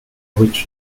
which